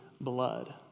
blood